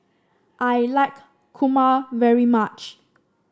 I like kurma very much